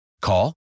Call